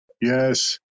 Yes